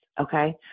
Okay